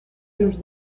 los